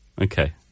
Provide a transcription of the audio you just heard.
Okay